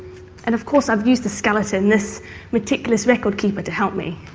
and of course i've used the skeleton, this meticulous record-keeper, to help me.